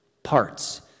Parts